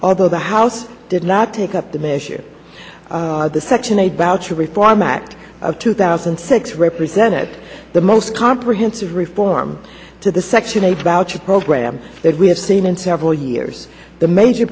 although the house did not take up the measure the section eight voucher reform act of two thousand and six represented the most comprehensive reform to the section eight voucher program that we have seen in several here's the major